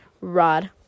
Rod